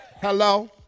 Hello